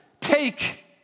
Take